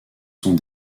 sont